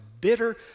bitter